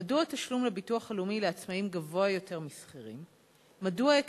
1. מדוע תשלום לביטוח הלאומי לעצמאים גבוה יותר משל שכירים?